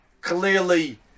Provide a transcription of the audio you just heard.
clearly